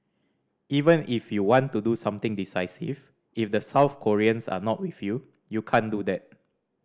even if you want to do something decisive if the South Koreans are not with you you can't do that